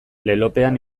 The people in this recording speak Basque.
lelopean